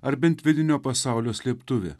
ar bent vidinio pasaulio slėptuvė